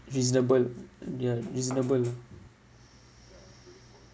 reasonable ah ya reasonable